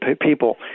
people